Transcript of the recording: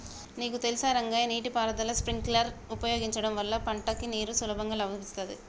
నీకు తెలుసా రంగయ్య నీటి పారుదల స్ప్రింక్లర్ ఉపయోగించడం వల్ల పంటకి నీరు సులభంగా లభిత్తుంది